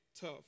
tough